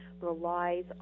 relies